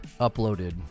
uploaded